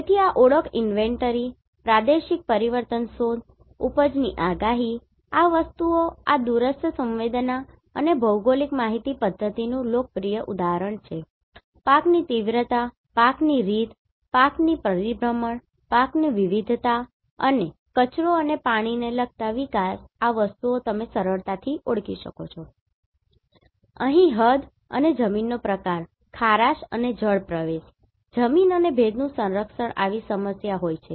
તેથી ઓળખ ઇન્વેન્ટરી પ્રાદેશિક પરિવર્તન શોધ ઉપજની આગાહી આ વસ્તુઓ આ Remote sensing દૂરસ્થ સંવેદના અને GIS ભૌગોલિક માહિતી પધ્ધતિ નું ખૂબ જ લોકપ્રિય ઉદાહરણ છે પાકની તીવ્રતા પાકની રીત પાકની પરિભ્રમણ પાકની વિવિધતા અને કચરો અને પાણી ને લગતા વિકાસ આ વસ્તુઓ તમે સરળતાથી ઓળખી શકો છો અહીં હદ અને જમીનનો પ્રકાર ખારાશ અને જળ પ્રવેશ જમીન અને ભેજનું સંરક્ષણ આવી સમસ્યા હોય છે